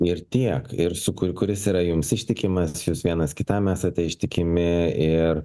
ir tiek ir su kur kuris yra jums ištikimas jūs vienas kitam esate ištikimi ir